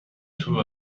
two